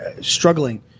struggling